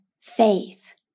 faith